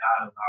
God